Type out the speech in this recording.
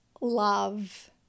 love